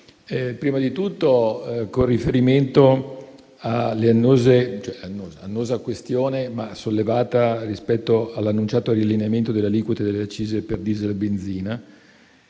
Prima di tutto, con riferimento alla annosa questione sollevata rispetto all'annunciato riallineamento delle aliquote delle accise per *diesel* e benzina,